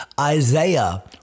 Isaiah